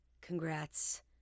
Congrats